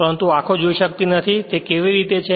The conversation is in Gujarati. પરંતુ આંખો જોઈ શકતી નથી કે તે કેવી રીતે છે